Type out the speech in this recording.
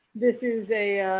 this is a